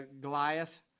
Goliath